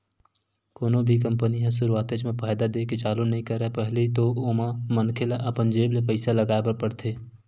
कोनो भी कंपनी ह सुरुवातेच म फायदा देय के चालू नइ करय पहिली तो ओमा मनखे ल अपन जेब ले पइसा लगाय बर परथे